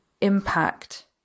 impact